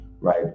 right